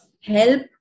help